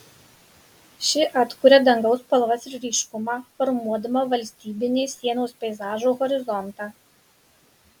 ši atkuria dangaus spalvas ir ryškumą formuodama valstybinės sienos peizažo horizontą